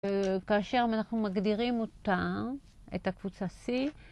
כאשר אנחנו מגדירים אותה, את הקבוצה C